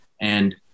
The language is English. And-